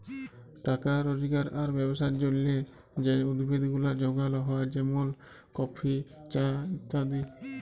টাকা রজগার আর ব্যবসার জলহে যে উদ্ভিদ গুলা যগাল হ্যয় যেমন কফি, চা ইত্যাদি